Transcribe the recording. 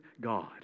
God